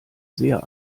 sehr